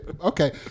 Okay